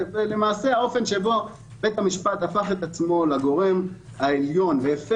למעשה האופן שבו הוא הפך את עצמו לגורם העליון והפר